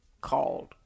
called